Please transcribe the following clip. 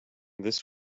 this